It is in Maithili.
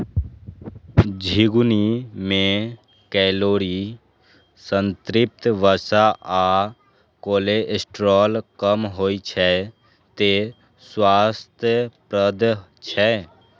झिंगुनी मे कैलोरी, संतृप्त वसा आ कोलेस्ट्रॉल कम होइ छै, तें स्वास्थ्यप्रद छै